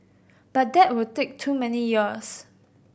but that would take too many years